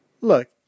look